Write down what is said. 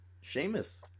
sheamus